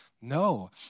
No